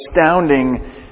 astounding